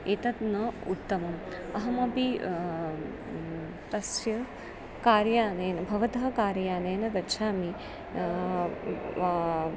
एतत् न उत्तमम् अहमपि तस्य कार् यानेन भवतः कार् यानेन गच्छामि